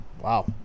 Wow